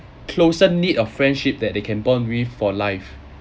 closer need of friendship that they can bond with for life